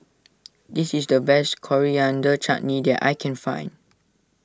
this is the best Coriander Chutney that I can find